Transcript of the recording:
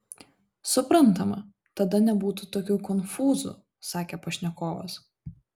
suprantama tada nebūtų tokių konfūzų sakė pašnekovas